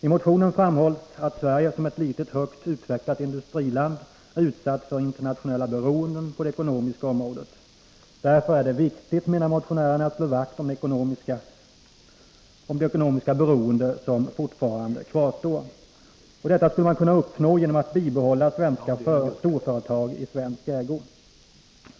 I motionen framhålls att Sverige som ett litet, högt utvecklat industriland är utsatt för internationella beroenden på det ekonomiska området. Därför är det viktigt, menar motionärerna, att slå vakt om det ekonomiska oberoende som fortfarande kvarstår. Detta skulle man kunna uppnå genom att bibehålla svenska storföretag i svensk ägo.